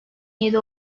yedi